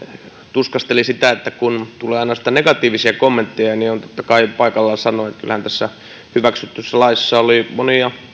tuskasteli sitä että tulee ainoastaan negatiivisia kommentteja niin on totta kai paikallaan sanoa että kyllähän tässä hyväksytyssä laissa oli monia